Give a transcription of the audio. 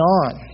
on